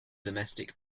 domestic